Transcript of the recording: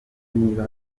niba